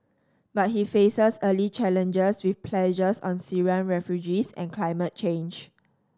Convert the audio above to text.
but he faces early challenges with pledges on Syrian refugees and climate change